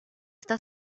está